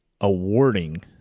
awarding